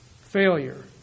failure